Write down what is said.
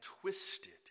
twisted